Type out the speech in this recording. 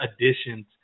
additions